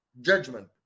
judgment